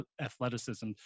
athleticism